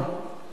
תודה.